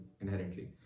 inherently